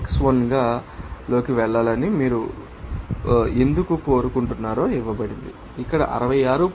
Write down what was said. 67 కు x1 లోకి వెళ్లాలని మీరు ఎందుకు కోరుకుంటున్నారో ఇవ్వబడింది ఇక్కడ 66